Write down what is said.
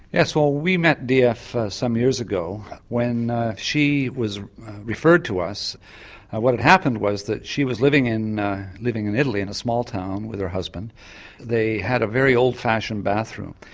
yes, well we met df some years ago when she was referred to us what had happened was that she was living in living in italy in a small town with her husband they had a very old fashioned bathroom.